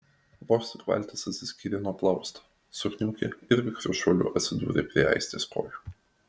vos tik valtis atsiskyrė nuo plausto sukniaukė ir vikriu šuoliu atsidūrė prie aistės kojų